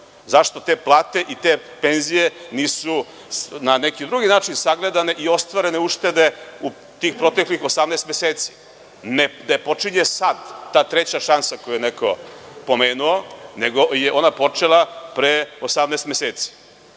Zašto te plate i penzije nisu na neki drugi način sagledane i ostvarene uštede u tih proteklih 18 meseci? Ne počinje sada ta treća šansa koju je neko pomenuo, nego je ona počela pre 18 meseci. Rešili